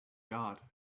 guard